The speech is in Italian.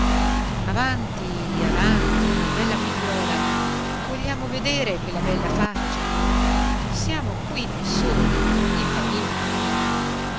avanti avanti bella figliuola vogliamo vedere quella bella faccia siamo qui noi soli in famiglia